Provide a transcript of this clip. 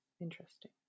interesting